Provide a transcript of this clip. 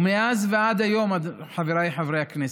ומאז ועד היום, חברי חבריי הכנסת,